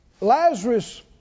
Lazarus